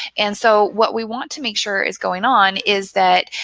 and so what we want to make sure is going on is that